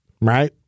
right